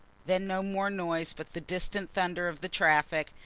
then no more noise but the distant thunder of the traffic,